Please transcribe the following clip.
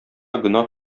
гөнаһ